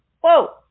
Whoa